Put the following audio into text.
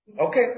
Okay